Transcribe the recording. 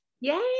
Yay